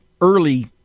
early